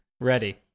Ready